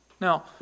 Now